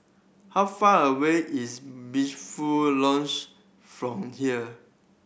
how far away is from here